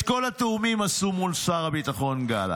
את כל התיאומים עשו מול שר הביטחון גלנט,